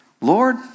Lord